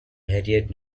varied